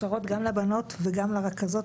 ההכשרות גם לבנות וגם לרכזות,